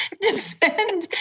defend